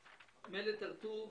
הר-טוב.